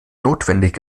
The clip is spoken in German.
notwendig